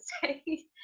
say